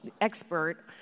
expert